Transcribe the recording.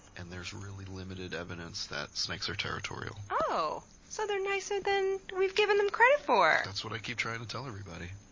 and there's really limited evidence that snakes are territorial. oh, so they're nicer than we've given them credit for. that's what i keep trying to tell everybody.